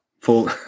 Full